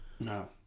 No